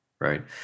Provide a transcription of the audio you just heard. Right